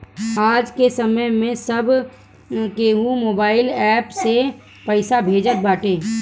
आजके समय में सब केहू मोबाइल एप्प से पईसा भेजत बाटे